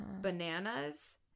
bananas